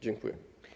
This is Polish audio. Dziękuję.